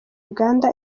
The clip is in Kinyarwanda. uganda